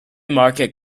market